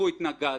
אנחנו מתנגדים.